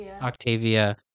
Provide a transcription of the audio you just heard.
Octavia